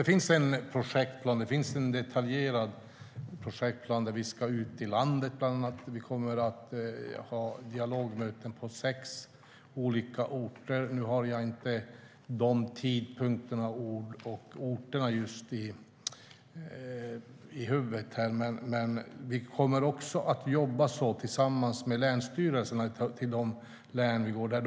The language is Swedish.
Fru talman! Det finns en detaljerad projektplan. Vi ska bland annat ut i landet, och vi kommer att ha dialogmöten på sex olika orter. Nu har jag dock inte tidpunkterna och orterna i huvudet. Vi kommer också att jobba tillsammans med länsstyrelserna i de län vi går till.